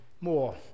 more